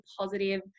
positive